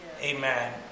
Amen